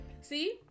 See